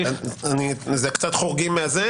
זה קצת חורגים מזה?